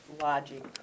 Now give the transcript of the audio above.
logic